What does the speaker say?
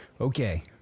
Okay